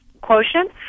Quotient